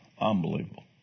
unbelievable